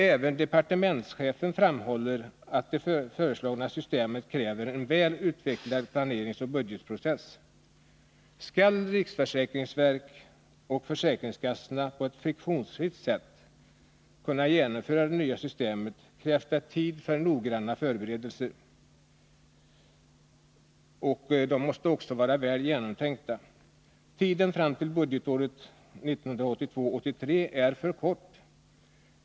Även departementschefen säger: ”Det föreslagna systemet kräver en väl utvecklad planeringsoch budgetprocess.” Skall riksförsäkringsverket och försäkringskassorna på ett friktionsfritt sätt kunna genomföra det nya systemet krävs det tid för noggranna och väl genomtänkta förberedelser. Tiden fram till budgetåret 1982/83 är för kort.